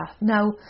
Now